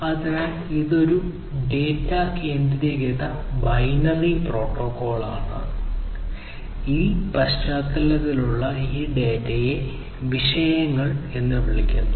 അതിനാൽ ഇത് ഒരു ഡാറ്റ കേന്ദ്രീകൃത ബൈനറി പ്രോട്ടോക്കോളാണ് ഈ പശ്ചാത്തലത്തിലുള്ള ഈ ഡാറ്റയെ വിഷയങ്ങൾ എന്ന് വിളിക്കുന്നു